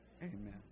Amen